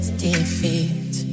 defeat